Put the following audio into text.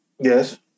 Yes